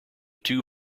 two